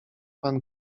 pan